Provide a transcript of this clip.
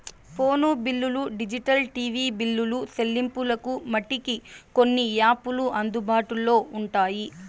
phone బిల్లులు digital TV బిల్లులు సెల్లింపులకు మటికి కొన్ని యాపులు అందుబాటులో ఉంటాయి